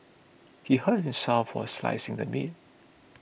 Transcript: he hurt himself while slicing the meat